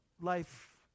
life